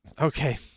Okay